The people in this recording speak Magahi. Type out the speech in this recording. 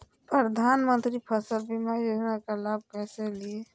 प्रधानमंत्री फसल बीमा योजना का लाभ कैसे लिये?